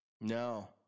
No